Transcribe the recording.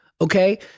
Okay